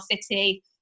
city